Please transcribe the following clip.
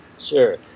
Sure